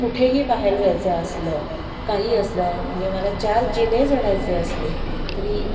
कुठेही बाहेर जायचं असलं काही असलं म्हणजे मला चार जिने चढायचे असले तरी